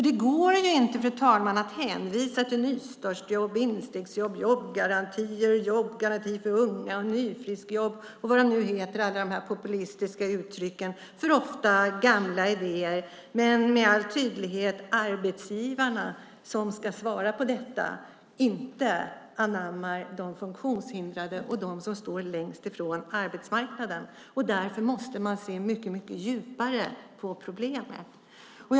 Det går inte att hänvisa till nystartsjobb, instegsjobb, jobbgaranti, jobbgaranti för unga, nyfriskjobb och alla de här populistiska uttrycken för ofta gamla idéer när det med all tydlighet är så att arbetsgivarna som ska svara på detta inte anammar de funktionshindrade och dem som står längst från arbetsmarknaden. Därför måste man se mycket djupare på problemet.